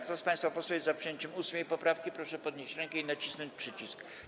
Kto z państwa posłów jest za przyjęciem 8. poprawki, proszę podnieść rękę i nacisnąć przycisk.